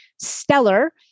stellar